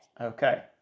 Okay